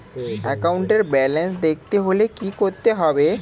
একাউন্টের ব্যালান্স দেখতে হলে কি করতে হবে?